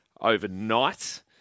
overnight